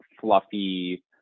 fluffy